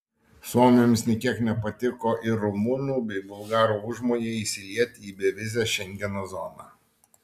suomiams nė kiek nepatiko ir rumunų bei bulgarų užmojai įsilieti į bevizę šengeno zoną